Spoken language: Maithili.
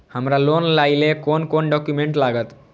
हमरा लोन लाइले कोन कोन डॉक्यूमेंट लागत?